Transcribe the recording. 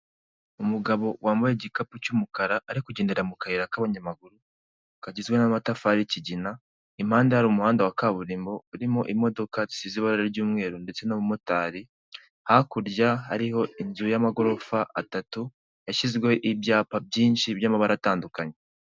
Umugabo wambaye igikapu cy'umukara ari kugendera mu kayira k'abanyamaguru kagizwe n'amatafari y'ikigina imbere hari umuhanda wa kaburimbo urimo imodoka zisize ibara ry'umweru ndetse n'umumotari, hakurya hariho inzu y'amagorofa atatu yashyizweho ibyapa byinshi by'amabara atandukanye.